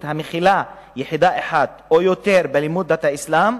המכילה יחידה אחת או יותר בלימודי דת האסלאם,